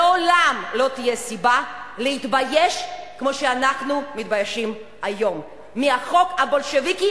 לעולם לא תהיה סיבה להתבייש כמו שאנחנו מתביישים היום מהחוק הבולשביקי,